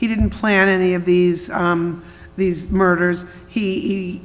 he didn't plan any of these these murders he